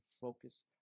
focus